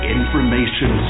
Information